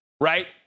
right